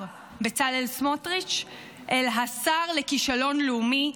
בצלאל סמוטריץ' אל השר לכישלון לאומי,